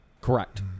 Correct